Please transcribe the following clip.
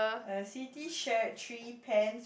uh Siti shared three pens